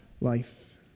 life